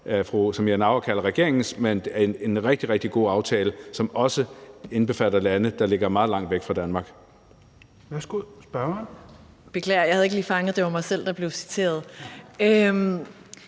Samira Nawa kalder regeringens, men en rigtig, rigtig god aftale, som også indbefatter lande, der ligger meget langt væk fra Danmark.